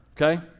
okay